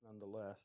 nonetheless